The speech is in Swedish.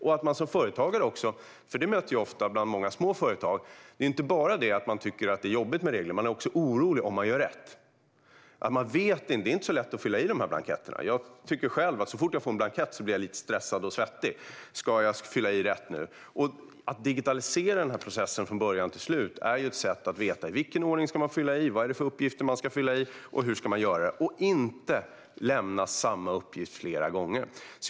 Jag ser dessutom ofta hos små företag att man inte bara tycker att det är jobbigt med regler - man är också orolig för om man gör rätt. Det är inte så lätt att fylla i dessa blanketter. Jag blir själv lite stressad och svettig så fort jag får en blankett - fyller jag i rätt nu? Att digitalisera denna process från början till slut är ett sätt att få veta i vilken ordning man ska fylla i, vilka uppgifter man ska fylla i och hur man ska göra det. Man behöver dessutom inte lämna samma uppgift flera gånger.